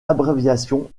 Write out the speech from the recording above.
abréviation